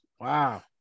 Wow